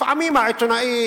לפעמים העיתונאי,